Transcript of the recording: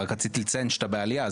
רק רציתי לציין שאתה בעלייה,